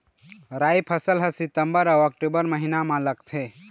राई फसल हा सितंबर अऊ अक्टूबर महीना मा लगथे